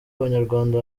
abanyarwanda